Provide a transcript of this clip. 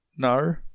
No